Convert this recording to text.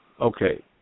Okay